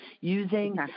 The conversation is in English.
Using